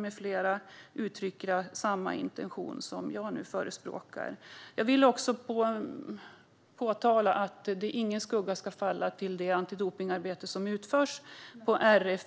med flera uttrycker samma intention som jag nu förespråkar. Jag vill också påpeka att ingen skugga ska falla på det antidopningsarbete som utförs i dag inom RF.